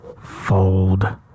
Fold